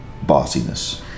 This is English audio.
bossiness